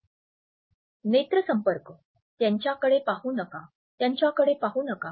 संदर्भ वेळ 2444 नेत्रसंपर्क त्याच्याकडे पाहू नका त्याच्याकडे पाहू नका